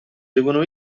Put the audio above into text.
devono